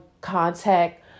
contact